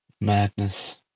Madness